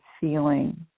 feeling